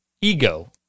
ego